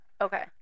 Okay